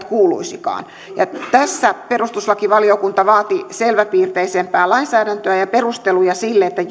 kuuluisikaan tässä perustuslakivaliokunta vaati selväpiirteisempää lainsäädäntöä ja perusteluja että